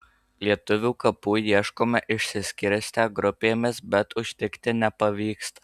lietuvių kapų ieškome išsiskirstę grupėmis bet užtikti nepavyksta